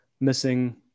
missing